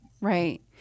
Right